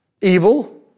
Evil